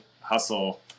hustle